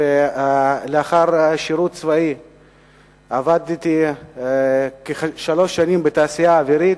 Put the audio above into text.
ולאחר השירות הצבאי עבדתי כשלוש שנים בתעשייה האווירית.